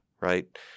right